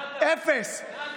נאדה, נאדה.